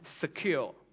secure